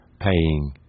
paying